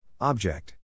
Object